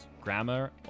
Grammar